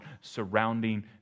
surrounding